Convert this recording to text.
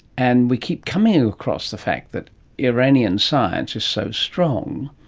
and we keep coming across the fact that iranian science is so strong.